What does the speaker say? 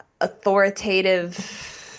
authoritative